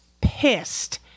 pissed